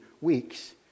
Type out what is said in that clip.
weeks